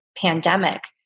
pandemic